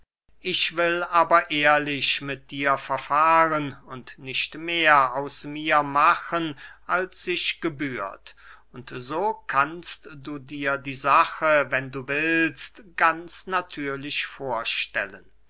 ich will aber ehrlich mit dir verfahren und nicht mehr aus mir machen als sich gebührt und so kannst du dir die sache wenn du willst ganz natürlich vorstellen